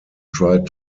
tried